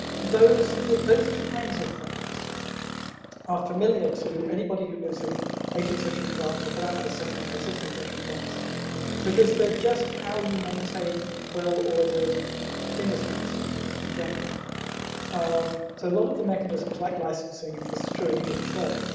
those kinds of things are familiar to anybody who lives in eighteenth century france or for that matter seventeenth or sixteenth century france because they're just how you maintain well-ordered industries in general. um so a lot of the mechanisms like licensing, and this is true in england as well,